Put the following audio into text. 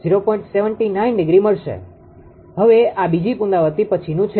હવે આ બીજી પુનરાવૃતિ પછીનું છે